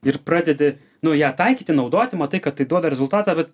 ir pradedi nu ją taikyti naudoti matai kad tai duoda rezultatą bet